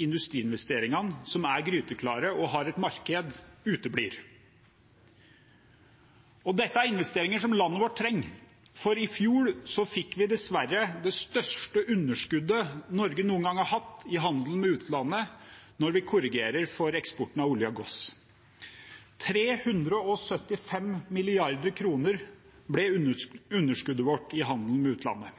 industriinvesteringene som er gryteklare og har et marked, uteblir. Dette er investeringer landet vårt trenger. I fjor fikk vi dessverre det største underskuddet Norge noen gang har hatt i handelen med utlandet, når vi korrigerer for eksporten av olje og gass. Underskuddet vårt i handelen med utlandet ble på 375 mrd. kr. Det trengs også flere arbeidsplasser med